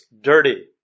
dirty